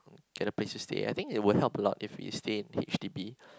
get a place to stay I think it would help a lot if we stay in H_D_B